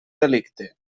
delicte